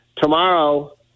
Tomorrow